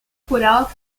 jurado